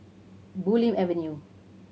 Bulim Avenue